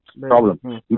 Problem